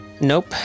Nope